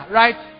right